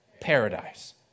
Paradise